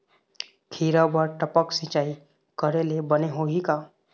खिरा बर टपक सिचाई करे ले बने होही का?